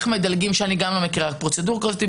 בואו נראה אתכם מתמודדים עם הפרוצדורה